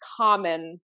common